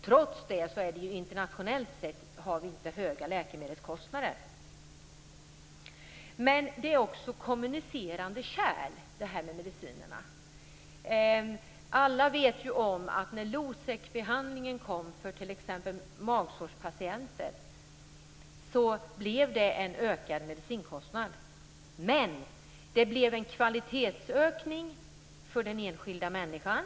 Trots det har vi internationellt sett inte höga läkemedelskostnader. Men det är också kommunicerande kärl i frågan om medicinerna. Alla vet att medicinkostnaden ökade när Losecbehandlingen för t.ex. magsårspatienter kom men också att det blev en kvalitetsökning för den enskilda människan.